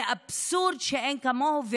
זה אבסורד שאין כמוהו,